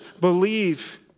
believe